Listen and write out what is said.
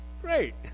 great